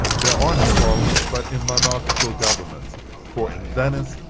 there are no parliaments but in monarchical governments for in venice,